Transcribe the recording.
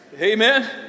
Amen